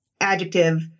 adjective